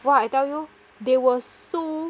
!wah! I tell you they were so